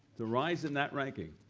the rise in that ranking!